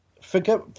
forget